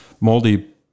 moldy